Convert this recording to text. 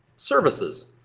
services.